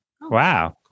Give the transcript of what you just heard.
Wow